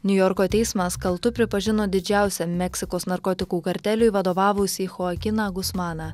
niujorko teismas kaltu pripažino didžiausią meksikos narkotikų karteliui vadovavusį huakiną gusmaną